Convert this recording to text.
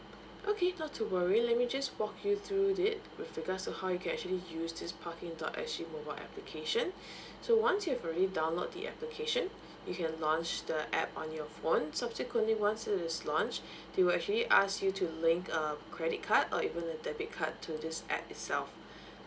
okay not to worry let me just walk you through it with regards to how you can actually use this parking dot S G mobile application so once you have already download the application you can launch the app on your phone subsequently once it is launched they will actually ask you to link uh credit card or even a debit card to this app itself